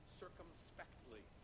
circumspectly